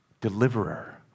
Deliverer